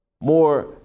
more